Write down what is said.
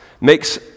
makes